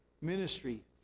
ministry